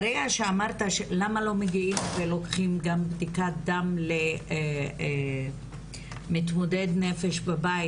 ברגע שאמרת למה לא מגיעים ולוקחים גם בדיקת דם למתמודד נפש בבית?